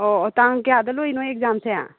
ꯑꯣ ꯑꯣ ꯇꯥꯡ ꯀꯌꯥꯗ ꯂꯣꯏꯔꯤꯅꯣ ꯑꯦꯛꯖꯥꯝꯁꯦ